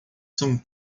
são